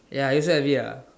ya I also have it ah